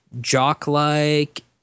jock-like